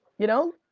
you know?